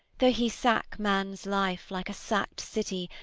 though he sack man's life like a sacked city,